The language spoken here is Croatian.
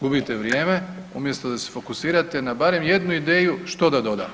Gubite vrijeme umjesto da se fokusirate na barem jednu ideju što da dodamo.